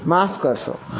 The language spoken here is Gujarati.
માફ કરશો હા